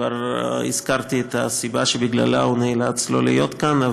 כבר הזכרתי את הסיבה שבגללה הוא נאלץ לא להיות כאן,